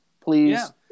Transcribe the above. please